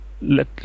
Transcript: let